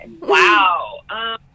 Wow